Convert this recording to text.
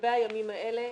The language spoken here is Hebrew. לגבי הימים האלה,